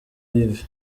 yves